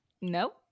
Nope